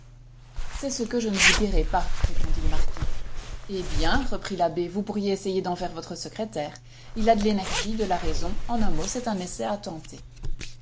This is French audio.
c'est ce que je ne vous dirai pas répondit le marquis eh bien reprit l'abbé vous pourriez essayer d'en faire votre secrétaire il a de l'énergie de la raison en un mot c'est un essai à tenter